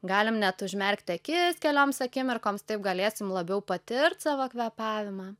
galim net užmerkti akis kelioms akimirkoms taip galėsime labiau patirti savo kvėpavimą